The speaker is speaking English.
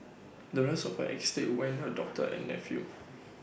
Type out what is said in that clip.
the rest of her estate went to her doctor and nephew